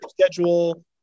schedule